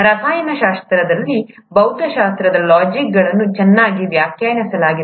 ರಸಾಯನಶಾಸ್ತ್ರ ಮತ್ತು ಭೌತಶಾಸ್ತ್ರದ ಲಾಜಿಕ್ಗಳನ್ನು ಚೆನ್ನಾಗಿ ವ್ಯಾಖ್ಯಾನಿಸಲಾಗಿದೆ